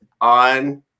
on